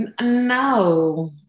No